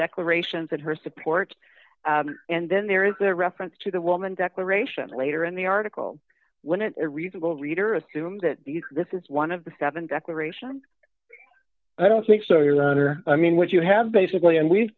declarations that her support and then there is a reference to the woman declaration later in the article when it reasonable reader assumes that this is one of the seven declaration i don't think so your honor i mean what you have basically and we